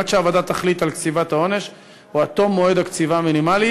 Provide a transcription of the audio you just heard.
עד שהוועדה תחליט על קציבת העונש או עד תום מועד הקציבה המינימלי.